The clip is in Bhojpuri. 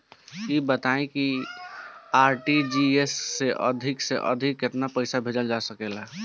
ई बताईं आर.टी.जी.एस से अधिक से अधिक केतना पइसा भेज सकिले?